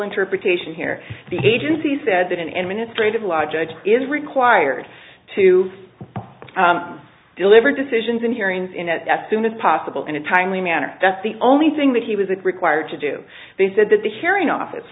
interpretation here the agency said that an imminent threat of law judge is required to deliver decisions and hearings in that as soon as possible in a timely manner that's the only thing that he was it required to do they said that the hearing office